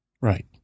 Right